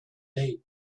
day